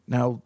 Now